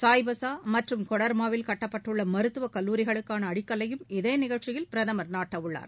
சாய்பசா மற்றம் கொடர்மாவில் கட்டப்படவுள்ள மருத்துவ கல்லூரிகளுக்கான அடிக்கல்லையும் இதே நிகழ்ச்சியில் பிரதமர் நாட்டவுள்ளார்